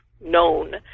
known